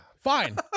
fine